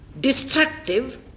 destructive